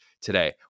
today